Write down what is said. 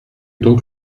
donc